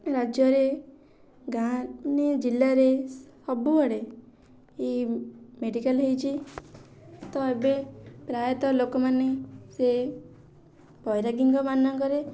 ରାଜ୍ୟରେ ଗାଁ ଜିଲ୍ଲାରେ ସବୁଆଡ଼େ ଏଇ ମେଡ଼ିକାଲ ହେଇଛି ତ ଏବେ ପ୍ରାୟତଃ ଲୋକମାନେ ସେ ବୈରାଗୀଙ୍କ ମାନଙ୍କରେ